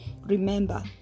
Remember